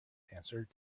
answered